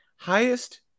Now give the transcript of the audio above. Highest